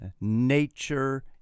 nature